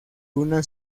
una